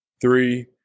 three